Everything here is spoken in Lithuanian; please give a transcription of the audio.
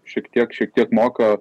šiek tiek šiek tiek moka